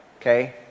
okay